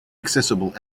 accessible